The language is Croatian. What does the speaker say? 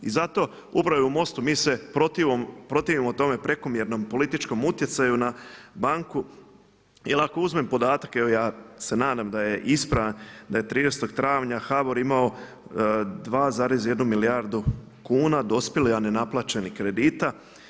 I zato upravo i u MOST-u mi se protivimo tome prekomjernom političkom utjecaju na banku jer ako uzmem podatak, evo ja se nadam da je ispravan da je 13. travnja HBOR imamo 2,1 milijardu kuna dospjelih a ne naplaćenih kredita.